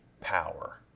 power